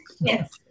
Yes